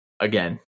Again